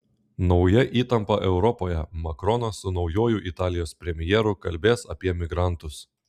nauja įtampa europoje makronas su naujuoju italijos premjeru kalbės apie migrantus